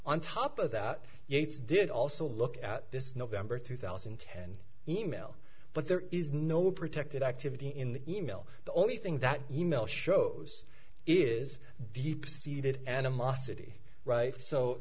on top of that gates did also look at this november two thousand and ten e mail but there is no protected activity in the e mail the only thing that e mail shows is deep seated animosity right so